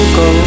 go